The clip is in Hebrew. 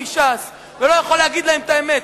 מש"ס ולא יכול להגיד להם את האמת.